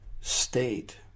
state